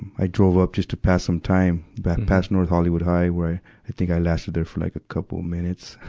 i drove up, just to pass some time, back past north hollywood high, where i think i lasted there for like a couple of minutes.